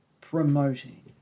promoting